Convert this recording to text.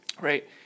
Right